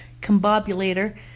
combobulator